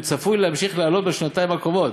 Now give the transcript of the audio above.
והוא צפוי להמשיך לעלות בשנתיים הקרובות,